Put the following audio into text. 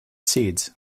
seeds